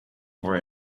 for